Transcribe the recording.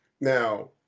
Now